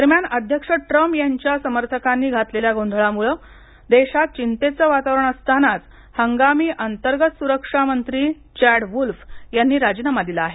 दरम्यान अध्यक्ष ट्रम्प यांच्या समर्थकांनी घातलेल्या गोंधळामुळं देशात चिंतेचं वातावरण असतानाच हंगामी अंतर्गत सुरक्षा मंत्री चॅड वूल्फ यांनी राजीनामा दिला आहे